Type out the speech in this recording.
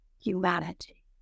humanity